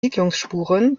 siedlungsspuren